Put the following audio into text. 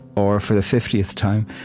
or for the fiftieth time,